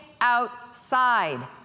outside